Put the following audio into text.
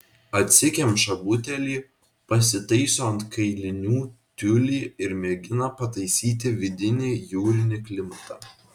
atsikemša butelį pasitaiso ant kailinių tiulį ir mėgina pataisyti vidinį jūrinį klimatą